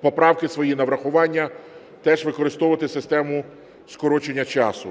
поправки свої на врахування, теж використовувати систему скорочення часу.